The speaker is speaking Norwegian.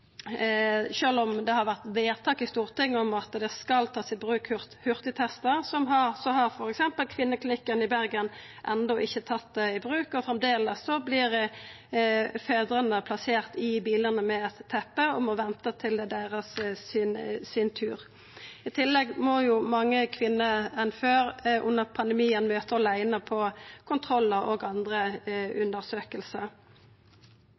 om det har vore vedtak i Stortinget om at ein skal ta i bruk hurtigtestar, har f.eks. Kvinneklinikken i Bergen enno ikkje tatt dei i bruk, og framleis vert fedrane plasserte i bilane med eit teppe og må venta til det er deira tur. I tillegg må jo mange fleire kvinner enn før under pandemien møta åleine på kontrollar og andre